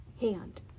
hand